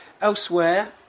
Elsewhere